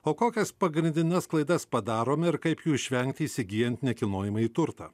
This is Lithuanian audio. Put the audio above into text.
o kokias pagrindines klaidas padarom ir kaip jų išvengti įsigyjant nekilnojamąjį turtą